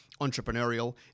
entrepreneurial